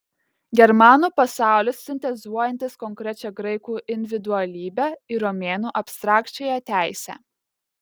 germanų pasaulis sintezuojantis konkrečią graikų individualybę ir romėnų abstrakčiąją teisę